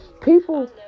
people